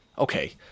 okay